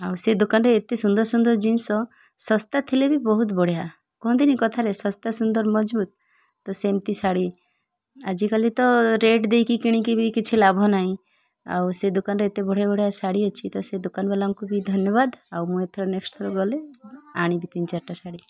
ଆଉ ସେ ଦୋକାନରେ ଏତେ ସୁନ୍ଦର ସୁନ୍ଦର ଜିନିଷ ଶସ୍ତା ଥିଲେ ବି ବହୁତ ବଢ଼ିଆ କୁହନ୍ତିନି କଥାରେ ଶସ୍ତା ସୁନ୍ଦର ମଜ୍ବୁତ୍ ତ ସେମିତି ଶାଢ଼ୀ ଆଜିକାଲି ତ ରେଟ୍ ଦେଇକି କିଣିକି ବି କିଛି ଲାଭ ନାହିଁ ଆଉ ସେ ଦୋକାନରେ ଏତେ ବଢ଼ିଆ ବଢ଼ିଆ ଶାଢ଼ୀ ଅଛି ତ ସେ ଦୋକାନବାଲାଙ୍କୁ ବି ଧନ୍ୟବାଦ ଆଉ ମୁଁ ଏଥର ନେକ୍ସ୍ଟ ଥର ଗଲେ ଆଣିବି ତିନି ଚାରିଟା ଶାଢ଼ୀ